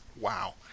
Wow